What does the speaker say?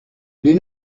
les